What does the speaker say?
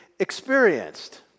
experienced